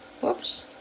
whoops